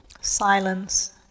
silence